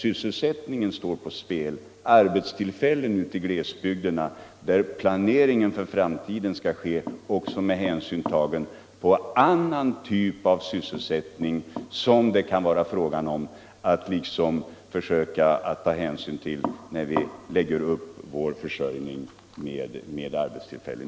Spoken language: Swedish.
Det gäller arbetstillfällen i tätorter och glesbygder där planeringen för framtiden skall ske också under hänsyn tagen till andra förhållanden än inom skogsindustrin.